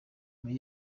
muri